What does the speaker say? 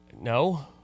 No